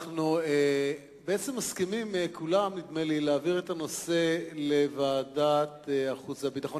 נדמה לי שכולם בעצם מסכימים להעביר את הנושא לוועדת החוץ והביטחון.